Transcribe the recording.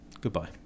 Goodbye